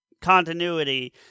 continuity